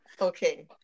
Okay